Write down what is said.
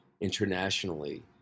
internationally